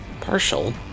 partial